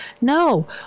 No